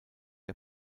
der